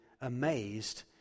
amazed